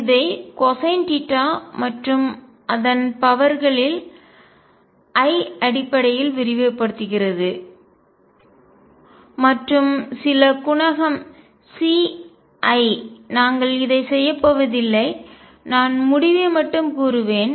இதை கொசைன் மற்றும் அதன் பவர்களின் I சக்தி அடிப்படையில் விரிவுபடுத்துகிறது மற்றும் சில குணகம் C i நாங்கள் இதை செய்யப்போவதில்லை நான் முடிவை மட்டும் கூறுவேன்